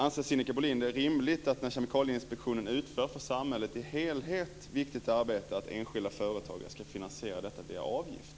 Anser Sinikka Bohlin att det är rimligt att enskilda företagare via avgifter ska finansiera Kemikalieinspektions arbete, ett arbete som är viktigt för samhället som helhet?